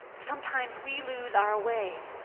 sometimes we lose our way,